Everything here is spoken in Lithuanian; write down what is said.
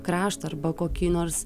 krašto arba kokį nors